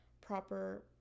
proper